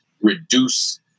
reduce